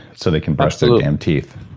so they can brush their damn teeth